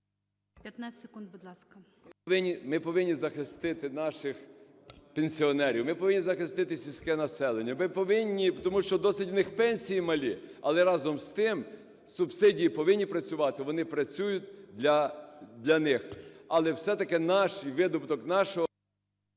15 секунд, будь ласка. СПОРИШ І.Д. Ми повинні захистити наших пенсіонерів. Ми повинні захистити сільське населення. Ми повинні тому що досить у них пенсії малі. Але, разом з тим, субсидії повинні працювати, вони працюють для них. Але все-таки наш, видобуток нашого…